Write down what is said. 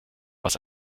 was